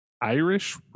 Irish